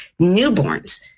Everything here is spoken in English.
newborns